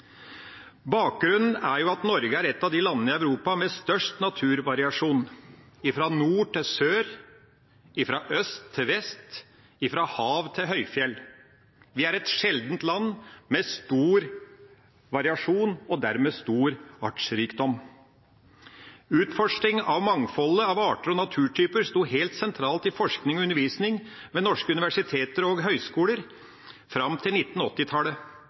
Bakgrunnen er at Norge er et av de landene i Europa med størst naturvariasjon – fra nord til sør, fra øst til vest, fra hav til høyfjell. Vi er et sjeldent land, med stor variasjon og dermed stor artsrikdom. Utforskning av mangfoldet av arter og naturtyper sto helt sentralt i forskning og undervisning ved norske universiteter og høyskoler fram til